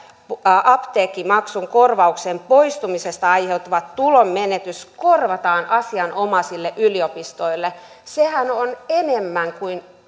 apteekkimaksun korvauksen poistumisesta aiheutuva tulonmenetys korvataan asianomaisille yliopistoille sehän on enemmän kuin